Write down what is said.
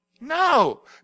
No